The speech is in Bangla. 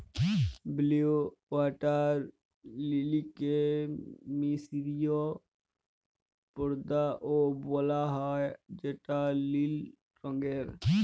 ব্লউ ওয়াটার লিলিকে মিসরীয় পদ্দা ও বলা হ্যয় যেটা লিল রঙের